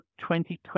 2020